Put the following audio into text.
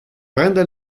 prende